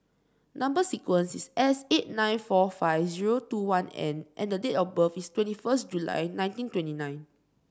number sequence is S eight nine four five zero two one N and date of birth is twenty first July nineteen twenty nine